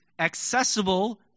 accessible